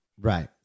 Right